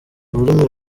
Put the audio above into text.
ururimi